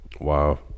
Wow